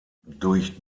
durch